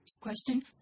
Question